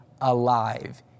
alive